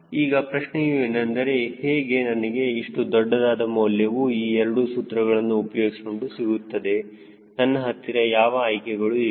ಈಗ ಪ್ರಶ್ನೆಯೂ ಏನೆಂದರೆ ಹೇಗೆ ನನಗೆ ಇಷ್ಟು ದೊಡ್ಡದಾದ ಮೌಲ್ಯವು ಈ ಎರಡು ಸೂತ್ರಗಳನ್ನು ಉಪಯೋಗಿಸಿಕೊಂಡು ಸಿಗುತ್ತದೆ ನನ್ನ ಹತ್ತಿರ ಯಾವ ಆಯ್ಕೆಗಳು ಇವೆ